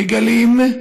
מגלים,